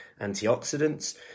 antioxidants